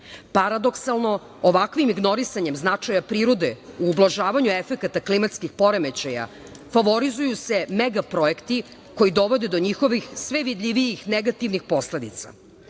zajednicu. Paradoksalno, ovakvim ignorisanjem značaja prirode u ublažavanju efekata klimatskih poremećaja favorizuju se mega projekti koji dovode do njihovih sve vidljivijih negativnih posledica.